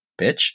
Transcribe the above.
bitch